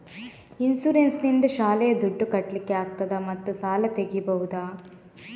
Insurance ನಿಂದ ಶಾಲೆಯ ದುಡ್ದು ಕಟ್ಲಿಕ್ಕೆ ಆಗ್ತದಾ ಮತ್ತು ಸಾಲ ತೆಗಿಬಹುದಾ?